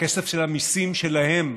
הכסף של המיסים שלהם,